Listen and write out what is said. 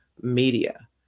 Media